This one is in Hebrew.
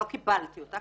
לא קיבלתי אותה.